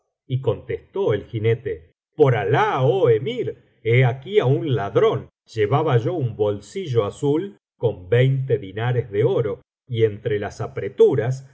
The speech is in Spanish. y contestó el jinete por álah oh emir he aquí á un ladrón llevaba yo un bolsillo azul con veinte dinares de oro y entre las apreturas